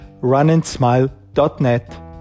runandsmile.net